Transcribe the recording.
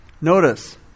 Notice